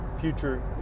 future